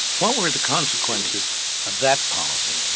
what were the consequences of that policy?